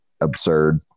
absurd